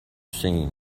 seen